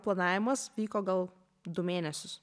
planavimas vyko gal du mėnesius